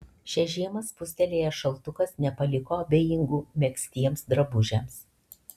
šią žiemą spustelėjęs šaltukas nepaliko abejingų megztiems drabužiams